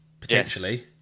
Potentially